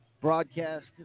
broadcast